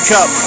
Cup